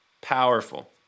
Powerful